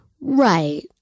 Right